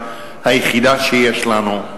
היחידה שיש לנו,